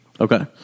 Okay